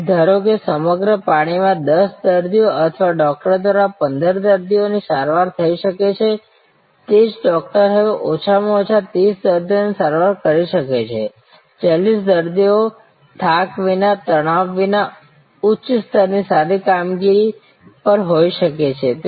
તેથી ધારો કે સમગ્ર પાળી માં 10 દર્દીઓ અથવા ડૉક્ટર દ્વારા 15 દર્દીઓની સારવાર થઈ શકે છે તે જ ડૉક્ટર હવે ઓછામાં ઓછા 30 દર્દીઓની સારવાર કરી શકે છે 40 દર્દીઓ થાક વિના તણાવ વિના અને ઉચ્ચ સ્તરની સારી કામગીરી પર હોઈ શકે છે